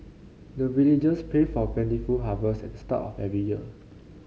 the villagers pray for plentiful harvest at the start of every year